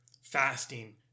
fasting